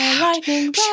Lightning